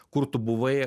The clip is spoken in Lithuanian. kur tu buvai